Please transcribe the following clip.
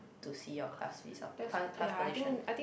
to see your class result class class position